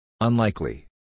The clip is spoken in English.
Unlikely